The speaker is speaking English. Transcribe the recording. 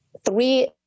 Three